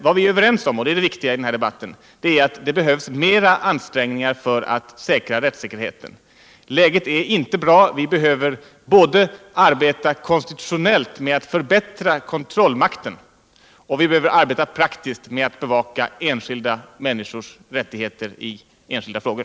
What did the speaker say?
Vad vi är överens om — och det är det viktiga i den här debatten — är att det behövs större ansträngningar för att trygga rättssäkerheten. Läget är inte bra. Vi behöver arbeta både konstitutionellt med att förbättra kontrollmakten och praktiskt med att bevaka enskilda människors rättigheter i enskilda frågor.